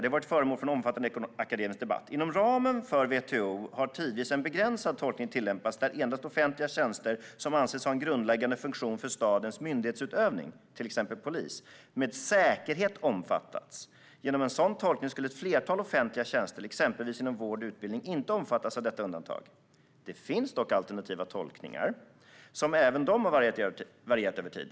De har varit föremål för omfattande akademisk debatt. Inom ramen för WTO har tidvis en begränsad tolkning tillämpats där endast offentliga tjänster som anses ha en grundläggande funktion för statens myndighetsutövning, till exempel polis, med säkerhet omfattats. Genom en sådan tolkning skulle ett flertal offentliga tjänster, exempelvis inom vård och utbildning, inte omfattas av detta undantag. Det finns dock alternativa tolkningar som även de har varierat över tid.